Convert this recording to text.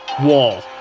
Wall